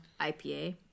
IPA